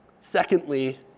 secondly